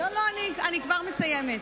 אני כבר מסיימת.